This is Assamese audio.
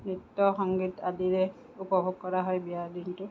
নৃত্য সংগীত আদিৰে উপভোগ কৰা হয় বিয়াৰ দিনটো